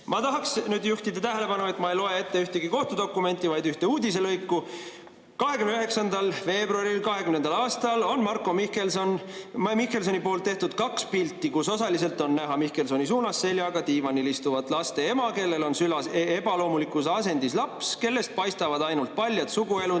Ma tahaks nüüd juhtida tähelepanu, et ma ei loe ette ühtegi kohtudokumenti, vaid ühte uudiselõiku. "29. veebruaril 2020. aastal on Marko Mihkelsoni poolt tehtud kaks pilti, kus osaliselt on näha Mihkelsoni suunas seljaga diivanil istuvat laste ema, kellel on süles ebaloomulikus asendis laps, kellest paistavad ainult paljad suguelundid,